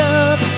up